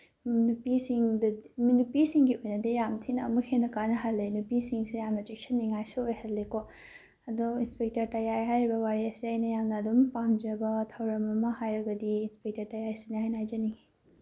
ꯅꯨꯄꯤꯁꯤꯡꯒꯤ ꯑꯣꯏꯅꯗꯤ ꯌꯥꯝ ꯊꯤꯅ ꯑꯃꯨꯛ ꯍꯦꯟꯅ ꯀꯥꯅꯍꯜꯂꯦ ꯅꯨꯄꯤꯁꯤꯡꯁꯦ ꯌꯥꯝꯅ ꯆꯦꯛꯁꯤꯟꯅꯤꯉꯥꯏꯁꯨ ꯑꯣꯏꯍꯜꯂꯦꯀꯣ ꯑꯗꯣ ꯏꯟꯁꯄꯦꯛꯇꯔ ꯇꯌꯥꯏ ꯍꯥꯏꯔꯤꯕ ꯋꯥꯔꯤ ꯑꯁꯦ ꯑꯩꯅ ꯌꯥꯝꯅ ꯑꯗꯨꯝ ꯄꯥꯝꯖꯕ ꯊꯧꯔꯝ ꯑꯃ ꯍꯥꯏꯔꯒꯗꯤ ꯏꯟꯁꯄꯦꯛꯇꯔ ꯇꯌꯥꯏꯁꯤꯅꯤ ꯍꯥꯏꯅ ꯍꯥꯏꯖꯅꯤꯡꯏ